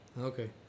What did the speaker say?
Okay